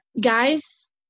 guys